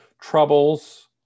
troubles